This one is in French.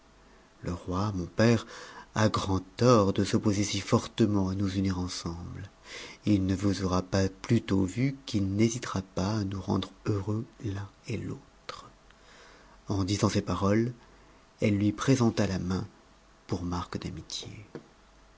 le roi mon père a grand tort de s'opposer si fortement à nous unir ensemble il ne vous aura pas plutôt vu qu'il n'hésitera pas à nous rendre heureux l'un et l'autre en disant ces paroles elle lui présent la main pour marque d'amitié